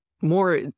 more